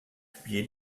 publié